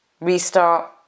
Restart